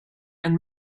and